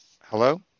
Hello